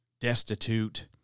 destitute